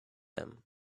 him